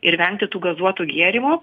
ir vengti tų gazuotų gėrimų